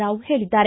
ರಾವ್ ಹೇಳಿದ್ದಾರೆ